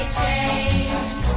change